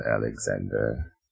Alexander